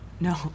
No